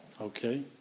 Okay